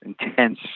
intense